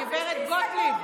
בוקר טוב,